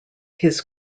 his